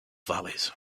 valleys